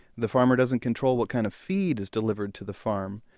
the farmer doesn't control what kind of feed is delivered to the farm.